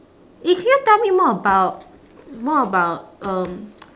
eh can you tell me more about more about um